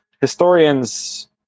historians